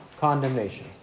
condemnation